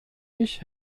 ich